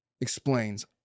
explains